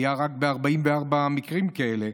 היו רק 44 מקרים כאלה.